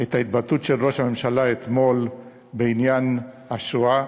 את ההתבטאות של ראש הממשלה אתמול בעניין השואה.